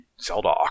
zelda